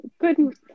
Good